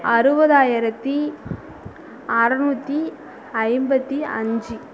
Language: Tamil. அறுபதாயிரத்தி அறுநூத்தி ஐம்பத்தி அஞ்சு